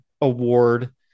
award